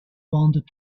wanted